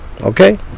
okay